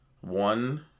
One